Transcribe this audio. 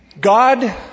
God